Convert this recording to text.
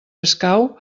escau